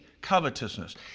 covetousness